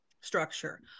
structure